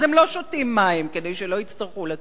אז הם לא שותים מים, כדי שלא יצטרכו לצאת.